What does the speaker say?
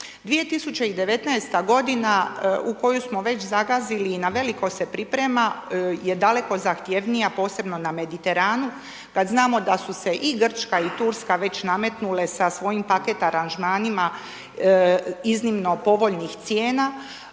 2019. godina u koju smo već zagazili i na veliko se priprema je daleko zahtjevnija posebno na Mediteranu kad znamo da su se i Grčka i Turska već nametnule sa svojim paket aranžmanima iznimno povoljnih cijena.